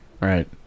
Right